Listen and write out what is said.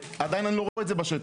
ועדיין אני לא רואה בשטח.